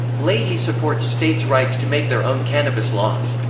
leahy supports states' rights to make their own cannabis laws.